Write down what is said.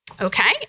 Okay